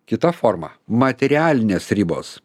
kita forma materialinės ribos